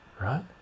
right